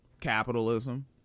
Capitalism